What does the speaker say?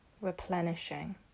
replenishing